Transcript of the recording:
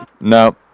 No